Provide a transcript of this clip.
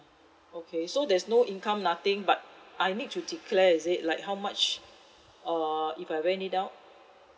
okay so there's no income nothing but I need to declare is it like how much or if I rent it out